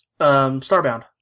Starbound